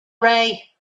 ray